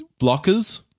Blockers